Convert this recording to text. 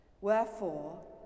Wherefore